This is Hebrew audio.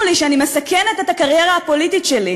לי שאני מסכנת את הקריירה הפוליטית שלי,